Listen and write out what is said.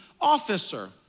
officer